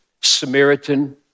Samaritan